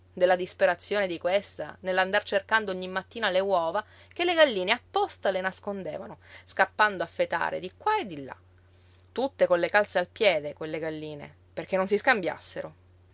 della disperazione di questa nell'andar cercando ogni mattina le uova che le galline apposta le nascondevano scappando a fetare di qua e di là tutte con le calze al piede quelle galline perché non si